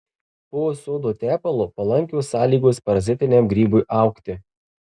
po sodo tepalu palankios sąlygos parazitiniam grybui augti